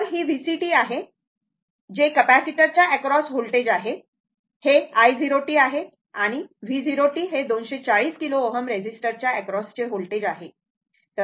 तर ही VCt आहे जे कॅपेसिटरच्या एक्रॉस व्होल्टेज आहे हे i0tआहे आणि V0t हे 240 किलो Ω रेझिस्टरच्या एक्रॉस चे व्होल्टेज आहे